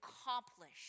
accomplish